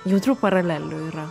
jautrių paralelių yra